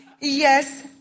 Yes